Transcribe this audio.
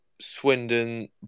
Swindon